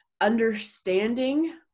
understanding